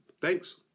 Thanks